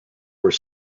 were